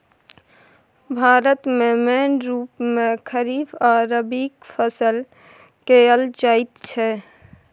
भारत मे मेन रुप मे खरीफ आ रबीक फसल कएल जाइत छै